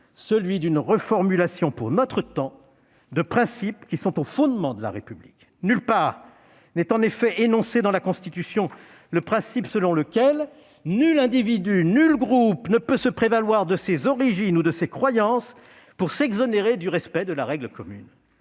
celui d'une reformulation pour notre temps de principes qui sont au fondement de la République. Nulle part n'est en effet énoncé dans la Constitution le principe selon lequel « nul individu ou nul groupe ne peut se prévaloir de ses origines ou de ses croyances pour s'exonérer du respect de la règle commune